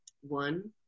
One